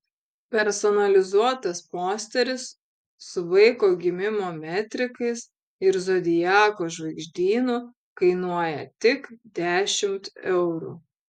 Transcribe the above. personalizuotas posteris su vaiko gimimo metrikais ir zodiako žvaigždynu kainuoja tik dešimt eurų